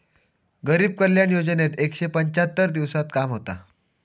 गरीब कल्याण योजनेत एकशे पंच्याहत्तर दिवसांत काम होता